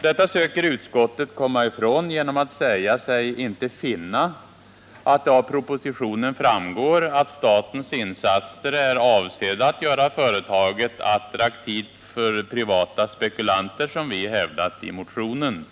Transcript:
Detta söker utskottet komma ifrån genom att säga sig inte finna att det av propositionen framgår att statens insatser är avsedda att göra företaget ”attraktivt för privata spekulanter”, som vi hävdat i motionen.